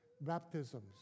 baptisms